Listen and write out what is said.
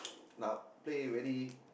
uh play very